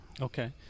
okay